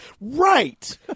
Right